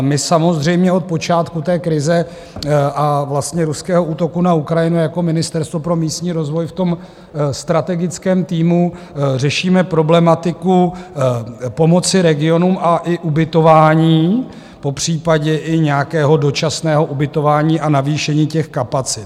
My samozřejmě od počátku té krize a ruského útoku na Ukrajinu jako Ministerstvo pro místní rozvoj ve strategickém týmu řešíme problematiku pomoci regionům a ubytování, popřípadě i nějakého dočasného ubytování, a navýšení těch kapacit.